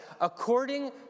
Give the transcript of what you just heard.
According